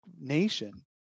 nation